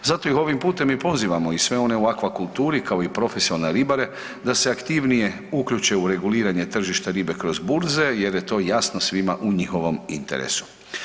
Zato ih ovim putem i pozivamo i sve one u aquakulturi kao i profesionalne ribare da se aktivnije uključe u reguliranje tržišta ribe kroz burze jer je to jasno svima u njihovom interesu.